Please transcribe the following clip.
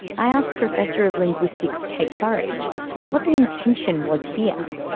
i asked professor of linguistics kate burridge what the intention was here.